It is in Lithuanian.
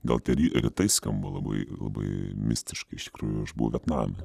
gal tie ry rytai skamba labai labai mistiškai iš tikrųjų aš buvau vietname